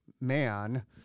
man